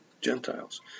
Gentiles